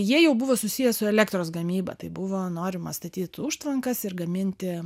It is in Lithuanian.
jie jau buvo susiję su elektros gamyba tai buvo norima statyti užtvankas ir gaminti